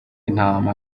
intama